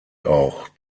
auch